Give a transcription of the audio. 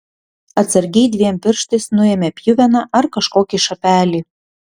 atsargiai dviem pirštais nuėmė pjuveną ar kažkokį šapelį